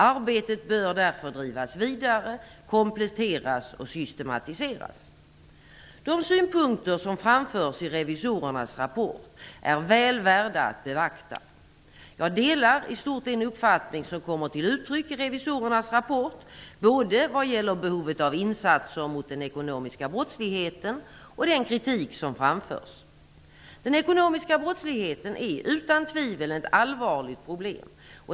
Arbetet bör därför drivas vidare, kompletteras och systematiseras. De synpunkter som framförs i revisorernas rapport är väl värda att beakta. Jag delar i stort den uppfattning som kommer till uttryck i revisorernas rapport både vad gäller behovet av insatser mot den ekonomiska brottsligheten och vad gäller den kritik som framförs. Den ekonomiska brottsligheten är utan tvivel ett allvarligt problem.